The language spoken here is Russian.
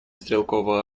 стрелкового